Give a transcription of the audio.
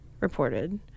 reported